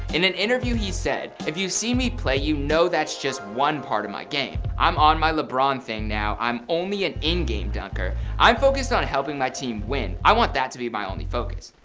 in an interview he said if you've seen me play you know that's just one part of my game. i'm on my lebron thing now i'm only an in-game dunker. i'm focused on helping my team win, i want that to be my only focus.